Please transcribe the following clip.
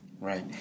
Right